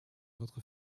votre